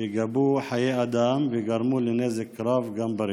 שגבו חיי אדם וגרמו נזק רב לרכוש.